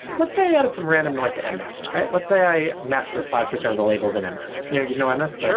let's say i added some random noise to m-nest, right? let's say i messed with five percent of the labels in m-nest. you know you know m-nest? sure,